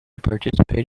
participated